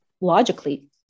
logically